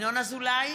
ינון אזולאי,